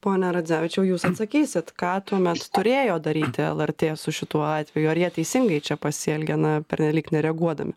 pone radzevičiau jūs atsakysit ką tuomet turėjo daryti lrt su šituo atveju ar jie teisingai čia pasielgė na pernelyg nereaguodami